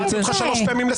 קראתי לך לסדר שלוש פעמים.